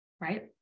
right